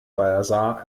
basar